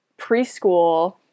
preschool